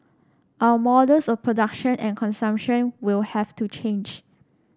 our models of production and consumption will have to change